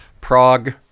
Prague